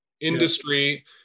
industry